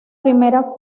primera